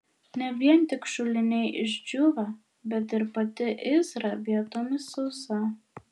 ne vien tik šuliniai išdžiūvę bet ir pati įsra vietomis sausa